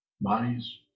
bodies